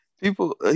People